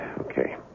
Okay